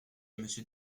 monsieur